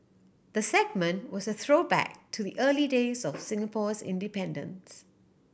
the segment was a throwback to the early days of Singapore's independence